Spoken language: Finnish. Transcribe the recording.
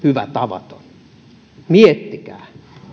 hyvä tavaton miettikää